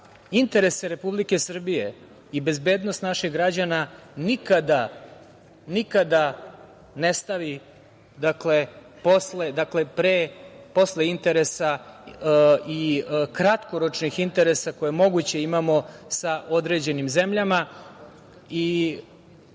interese Republike Srbije i bezbednost naših građana nikada ne stavi, dakle, posle interesa, i kratkoročnih interesa koje moguće imamo, sa određenim zemljama.